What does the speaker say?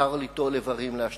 מותר ליטול איברים להשתלה.